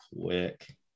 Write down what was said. quick